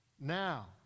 now